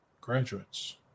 graduates